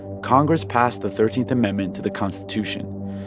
congress passed the thirteenth amendment to the constitution.